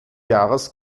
jahres